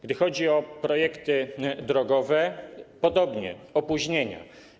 Gdy chodzi o projekty drogowe - podobnie, opóźnienia.